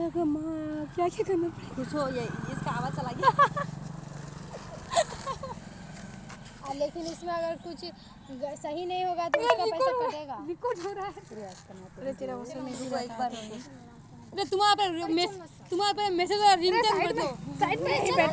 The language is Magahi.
कृषि सहकारितात बिहार स आघु कम राज्य छेक